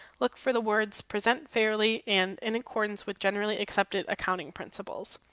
look for the words present fairly and in accordance with generally accepted accounting principles.